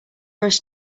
rush